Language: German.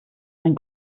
mein